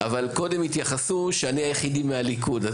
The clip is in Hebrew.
קודם התייחסו לכך שאני היחידי מהליכוד,